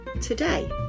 today